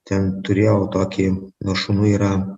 ten turėjau tokį nuo šunų yra